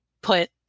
put